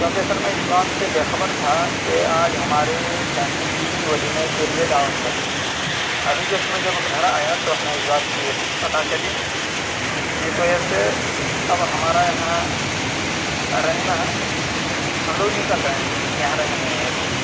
کیونکہ سر میں اس بات سے بے خبر تھا کہ آج ہمارے فیملی کی ولیمہ کے لیے دعوت ہے ابھی جسٹ میں جب گھر آیا تو ہمیں اس بات کی پتا چلی جس وجہ سے اب ہمارا یہاں رہنا ہم لوگ نکل رہے ہیں یہاں رہیں گے نہیں ابھی